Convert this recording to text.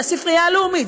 זה הספרייה הלאומית,